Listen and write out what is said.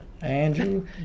Andrew